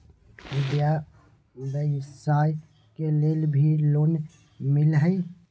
व्यवसाय के लेल भी लोन मिलहई?